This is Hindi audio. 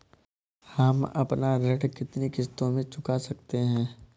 हम अपना ऋण कितनी किश्तों में चुका सकते हैं?